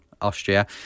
Austria